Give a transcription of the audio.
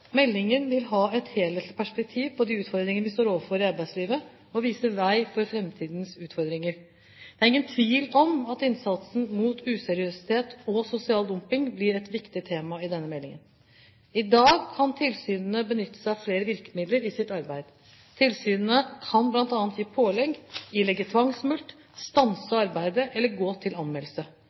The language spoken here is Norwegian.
Meldingen vil ha et helhetlig perspektiv på de utfordringene vi står overfor i arbeidslivet, og vise vei for framtidens utfordringer. Det er ingen tvil om at innsatsen mot useriøsitet og sosial dumping blir et viktig tema i denne meldingen. I dag kan tilsynene benytte seg av flere virkemidler i sitt arbeid. Tilsynene kan bl.a. gi pålegg, ilegge tvangsmulkt, stanse arbeidet eller gå til anmeldelse.